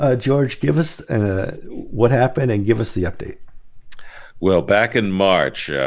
ah george, give us what happened and give us the update well back in march, yeah